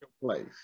place